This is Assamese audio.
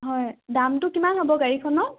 হয় দামটো কিমান হ'ব গাড়ীখনৰ